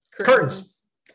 Curtains